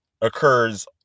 occurs